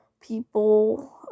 people